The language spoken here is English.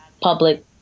public